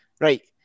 right